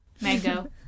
mango